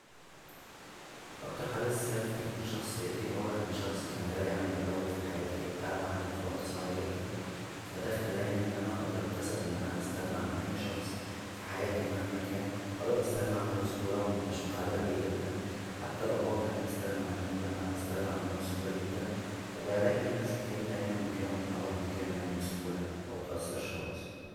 اكتر حدث ساهم فتكوين شخصيتى هو ان شخص كان غالى عندى اوى فحياتى ابتعد عنى فوقت صعب جدا فا دا خلانى ان انا اقدر استغنى عن اى شخص فحياتى مهما كان اقدر استغنى عنه بسهوله ومبقاش متعلق بيه جددا حتى لو هو كمان استغنى عنى لا انا بستغنى عنه بسهوله جدا وبلاقى ناس كتير دايما مكانه و بتعوض مكانه يعنى بسهوله ومبتاثرش خالص